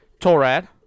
Torad